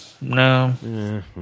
no